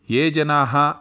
ये जनाः